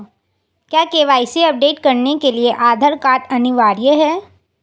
क्या KYC update करने के लिए आधार कार्ड अनिवार्य है?